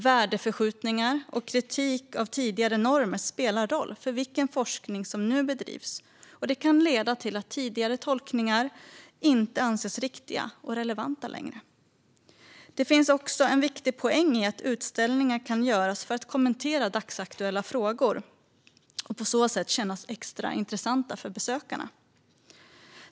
Värdeförskjutningar och kritik av tidigare normer spelar roll för vilken forskning som nu bedrivs, och det kan leda till att tidigare tolkningar inte anses riktiga och relevanta längre. Det finns också en viktig poäng i att utställningar kan göras för att kommentera dagsaktuella frågor och på så sätt kännas extra intressanta för besökarna.